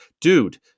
dude